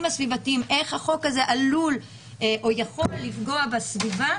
הסביבתיים איך החוק הזה עלול או יכול לפגוע בסביבה,